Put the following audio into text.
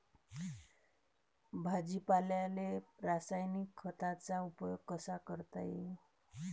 भाजीपाल्याले रासायनिक खतांचा उपयोग कसा करता येईन?